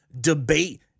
debate